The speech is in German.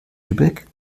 lübeck